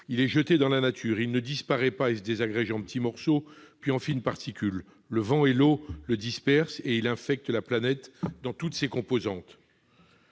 il est jeté dans la nature, il ne disparaît pas, se désagréger en petits morceaux, puis en fines particules, le vent et l'eau, le disperse et il affecte la planète dans toutes ses composantes,